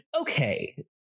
okay